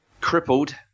crippled